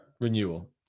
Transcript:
renewal